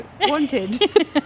Wanted